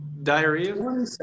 Diarrhea